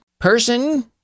person